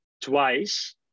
twice